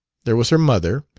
there was her mother,